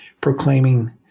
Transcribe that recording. proclaiming